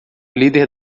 líder